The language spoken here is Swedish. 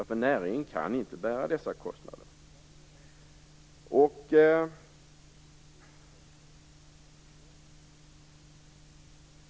Näringen kan inte bära dessa kostnader.